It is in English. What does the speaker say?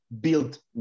built